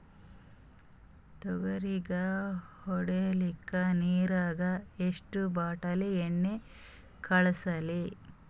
ತೊಗರಿಗ ಹೊಡಿಲಿಕ್ಕಿ ನಿರಾಗ ಎಷ್ಟ ಬಾಟಲಿ ಎಣ್ಣಿ ಕಳಸಲಿ?